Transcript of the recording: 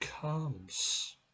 comes